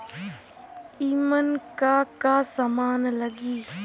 ईमन का का समान लगी?